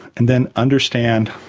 and then understand